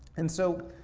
and so,